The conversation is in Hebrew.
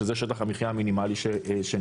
שזה שטח המחיה המינימלי שנקבע.